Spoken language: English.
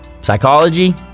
psychology